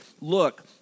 look